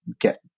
get